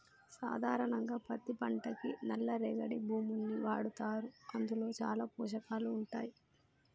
సాధారణంగా పత్తి పంటకి నల్ల రేగడి భూముల్ని వాడతారు అందులో చాలా పోషకాలు ఉంటాయి